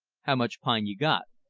how much pine you got?